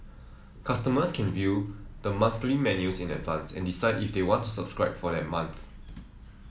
customers can view the monthly menus in advance and decide if they want to subscribe for that month